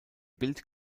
bild